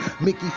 Mickey